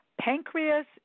pancreas